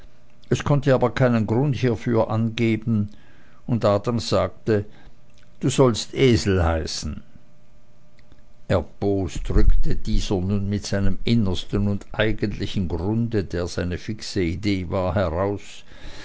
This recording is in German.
es konnte aber keinen grund hiefür angeben und adam sagt du sollst esel heißen erbost rückte dieser nun mit seinem innersten und eigentlichen grunde der seine fixe idee war heraus